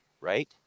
right